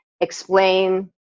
explain